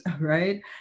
right